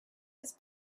his